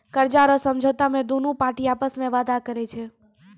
कर्जा रो समझौता मे दोनु पार्टी आपस मे वादा करै छै